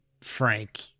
Frank